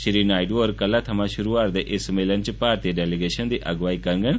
श्री नायडू होर कल्लै थमां शुरू होआ'रदे इस सम्मेलन च भारतीय डेलीगेशन दी अगुआई करड़न